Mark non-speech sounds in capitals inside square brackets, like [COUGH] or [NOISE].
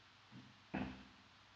[COUGHS]